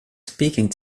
speaking